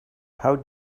how